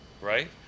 right